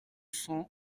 cent